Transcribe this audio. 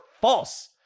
false